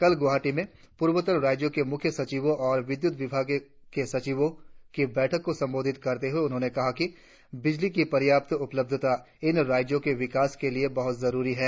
कल गुवाहाटी में पूर्वोत्तर राज्यों के मुख्य सचिवों और विद्युत विभाग के सचिवों की बैठक को संबोधित करते हुए उन्होंने कहा कि बिजली की पर्याप्त उपलब्धता इन राज्यों के विकास के लिए बहुत जरुरी है